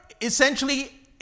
essentially